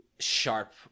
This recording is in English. Sharp